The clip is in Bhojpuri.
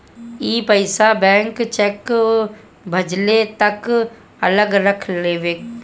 ई पइसा बैंक चेक भजले तक अलग रख लेवेला